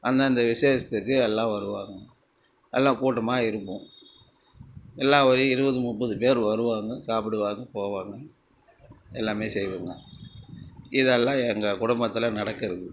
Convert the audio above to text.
அந்தந்த விசேஷத்துக்கு எல்லாம் வருவாங்க எல்லாம் கூட்டமாக இருப்போம் எல்லாம் ஒரு இருபது முப்பது பேர் வருவாங்க சாப்பிடுவாங்க போவாங்க எல்லாமே செய்வாங்க இதெல்லாம் எங்கள் குடும்பத்தில் நடக்கிறது